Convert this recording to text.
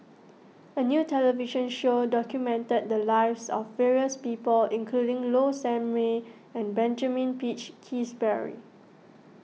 a new television show documented the lives of various people including Low Sanmay and Benjamin Peach Keasberry